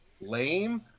lame